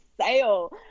sale